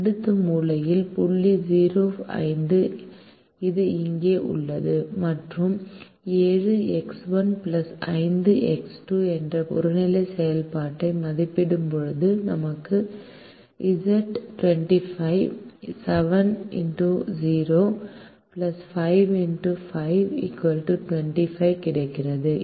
அடுத்த மூலையில் புள்ளி 0 5 இது இங்கே உள்ளது மற்றும் 7X1 5X2 என்ற புறநிலை செயல்பாட்டை மதிப்பிடும்போது நமக்கு Z 25 25 கிடைக்கிறது